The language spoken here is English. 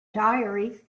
diary